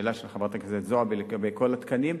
השאלה של חברת הכנסת זועבי לגבי כל התקנים.